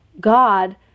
God